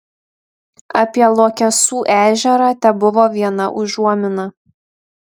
apie luokesų ežerą tebuvo viena užuomina